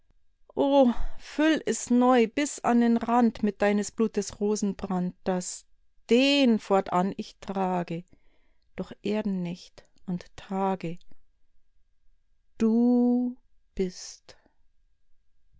es neu bis an den rand mit deines blutes rosenbrand daß den fortan ich trage durch erdennächt und tage du bist